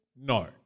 no